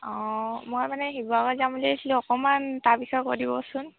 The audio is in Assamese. অঁ মই মানে শিৱসাগৰ যাম বুলি ভাবিছিলোঁ অকণমান তাৰ বিষয়ে কৈ দিবচোন